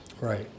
Right